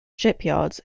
shipyards